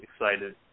excited